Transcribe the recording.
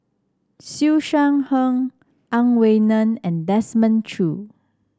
Siew Shaw Her Ang Wei Neng and Desmond Choo